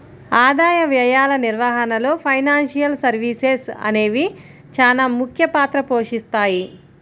ఆదాయ వ్యయాల నిర్వహణలో ఫైనాన్షియల్ సర్వీసెస్ అనేవి చానా ముఖ్య పాత్ర పోషిత్తాయి